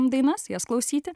dainas jas klausyti